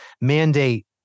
mandate